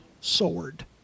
sword